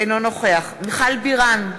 אינו נוכח מיכל בירן,